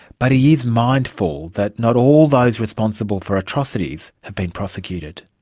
but he is mindful that not all those responsible for atrocities have been prosecuted.